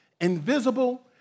invisible